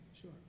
sure